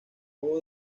hubo